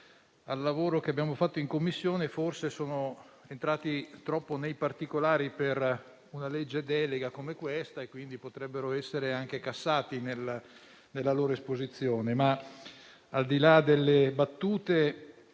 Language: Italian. al lavoro che abbiamo fatto in Commissione, forse sono entrati troppo nei particolari, per una legge delega come questa, e quindi potrebbero essere anche cassati nella loro esposizione. Al di là delle battute,